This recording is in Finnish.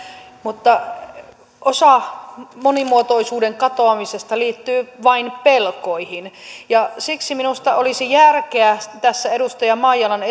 mutta osa monimuotoisuuden katoamisesta liittyy vain pelkoihin siksi minusta olisi järkeä tässä edustaja maijalan